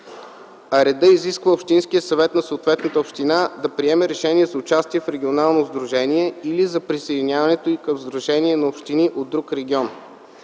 А редът изисква общинският съвет на съответната община да приеме решение за участие в регионално сдружение или за присъединяването й към сдружение на общини от друг регион.